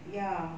ya